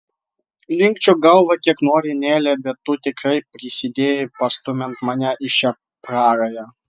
linkčiok galvą kiek nori nele bet tu tikrai prisidėjai pastumiant mane į šią prarają